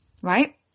right